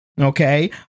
Okay